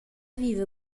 viva